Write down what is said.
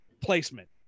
placement